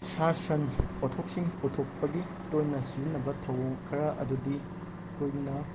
ꯁꯥ ꯁꯟ ꯄꯣꯠꯊꯣꯛꯁꯤꯡ ꯄꯨꯊꯣꯛꯄꯒꯤ ꯇꯣꯏꯅ ꯁꯤꯖꯤꯟꯅꯕ ꯊꯩꯑꯣꯡ ꯈꯔ ꯑꯗꯨꯗꯤ ꯑꯩꯈꯣꯏꯅ